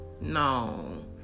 No